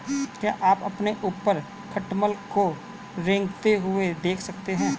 क्या आप अपने ऊपर खटमल को रेंगते हुए देख सकते हैं?